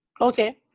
Okay